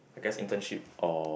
I guess internship or